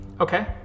Okay